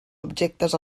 objectes